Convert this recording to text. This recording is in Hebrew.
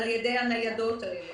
על ידי הניידות האלה.